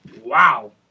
Wow